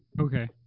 okay